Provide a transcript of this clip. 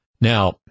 Now